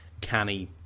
canny